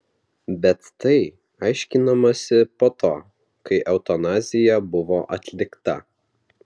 bet tai aiškinamasi po to kai eutanazija buvo atlikta